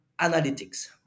analytics